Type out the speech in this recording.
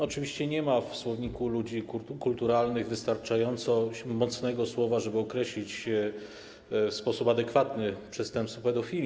Oczywiście nie ma w słowniku ludzi kulturalnych wystarczająco mocnego słowa, żeby określić w sposób adekwatny przestępstwo pedofilii.